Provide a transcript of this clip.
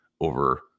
over